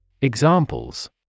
Examples